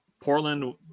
Portland